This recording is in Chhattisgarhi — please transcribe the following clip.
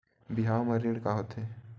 बिहाव म ऋण का होथे?